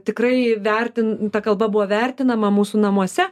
tikrai vertin ta kalba buvo vertinama mūsų namuose